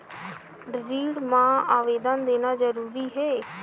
ऋण मा आवेदन देना जरूरी हे?